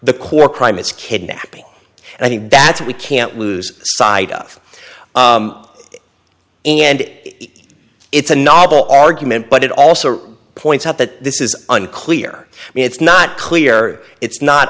the core crime is kidnapping and i think that's we can't lose sight of and it's a novel argument but it also points out that this is unclear i mean it's not clear it's not